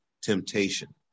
temptation